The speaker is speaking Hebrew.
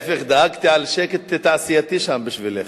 להיפך, דאגתי לשקט תעשייתי שם בשבילךְ.